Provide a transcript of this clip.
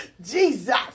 Jesus